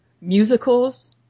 musicals